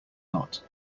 not